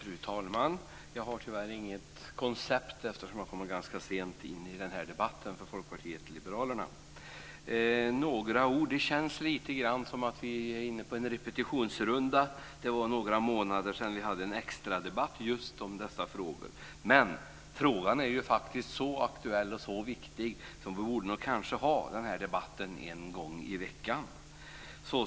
Fru talman! Jag har tyvärr inget koncept eftersom jag kommer in i den här debatten för Folkpartiet liberalerna ganska sent. Det känns lite grann som om vi är inne på en repetitionsrunda. Det var några månader sedan vi hade en extra debatt om dessa frågor. Men frågorna är så aktuella och så viktiga att vi nog borde ha den här debatten en gång i veckan.